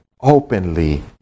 openly